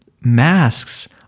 masks